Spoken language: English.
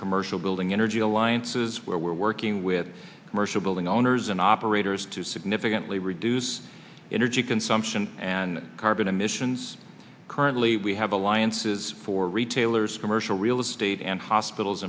commercial building energy alliances where we're working with commercial building owners and operators to significantly reduce energy consumption and carbon emissions currently we have alliances for retailers commercial real estate and hospitals